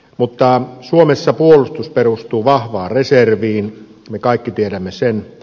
mutta suomessa puolustus perustuu vahvaan reserviin me kaikki tiedämme sen